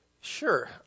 sure